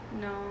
No